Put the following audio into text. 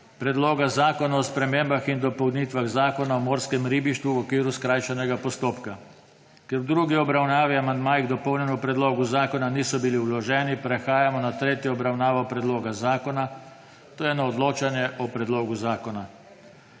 Predloga zakona o spremembah in dopolnitvah Zakona o morskem ribištvu v okviru skrajšanega postopka. Ker v drugi obravnavi amandmaji k dopolnjenemu predlogu zakona niso bili vloženi, prehajamo na tretjo obravnavo predloga zakona, to je na odločanje o predlogu zakona.